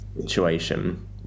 situation